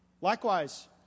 Likewise